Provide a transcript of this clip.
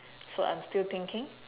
so I'm still thinking